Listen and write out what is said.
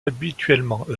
habituellement